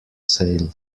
sale